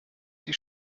die